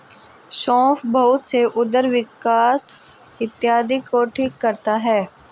सौंफ बहुत से उदर विकार इत्यादि को ठीक करता है